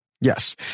Yes